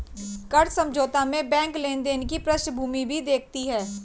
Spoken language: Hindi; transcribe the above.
कर्ज समझौता में बैंक लेनदार की पृष्ठभूमि भी देखती है